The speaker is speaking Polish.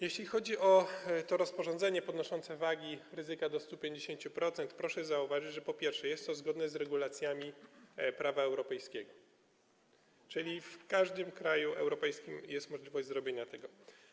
Jeśli chodzi o to rozporządzenie podnoszące wagi ryzyka do 150%, proszę zauważyć, że po pierwsze, jest to zgodne z regulacjami prawa europejskiego, czyli w każdym kraju europejskim jest możliwość zrobienia tego.